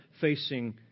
facing